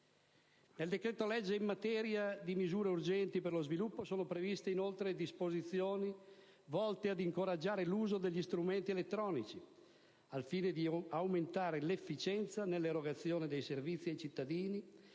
Nel decreto-legge in materia di misure urgenti per lo sviluppo sono previste inoltre disposizioni volte ad incoraggiare l'uso degli strumenti elettronici al fine di aumentare 1'efficienza nell'erogazione dei servizi ai cittadini